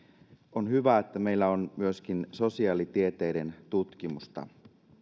on hyvä että meillä on myöskin sosiaalitieteiden tutkimusta